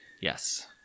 Yes